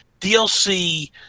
DLC